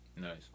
Nice